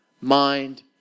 mind